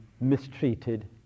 mistreated